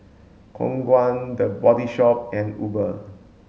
Khong Guan The Body Shop and Uber